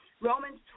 Romans